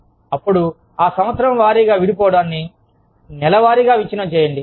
అప్పుడు ఆ సంవత్సరం వారీగా విడిపోవడాన్ని నెల వారీగా విచ్ఛిన్నం చేయండి